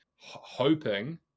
hoping